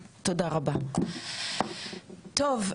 כן אדוני ממשרד המשפטים,